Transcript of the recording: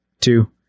two